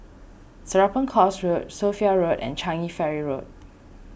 Serapong Course Road Sophia Road and Changi Ferry Road